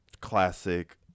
classic